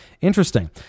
Interesting